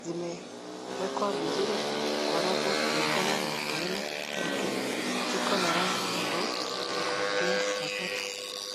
zimewekwa vizuri kwa rafu kulingana na aina yake. Ziko na rangi tofauti ya ykuvutia watoto.